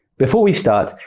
before we start,